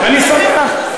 אני שמח.